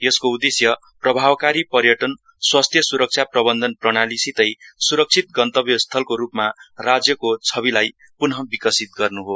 यसको उदेश्य प्रभावकारी पर्यटन स्वास्थ्य सुरक्षा प्रबन्धन प्रणालीसितै सुरक्षित गन्तव्य स्थलको रूपमा राज्यको छविलाई पुनः विकसित गर्नु हो